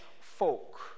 folk